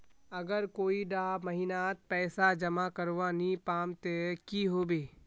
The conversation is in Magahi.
अगर कोई डा महीनात पैसा जमा करवा नी पाम ते की होबे?